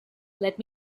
let